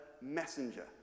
messenger